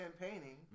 campaigning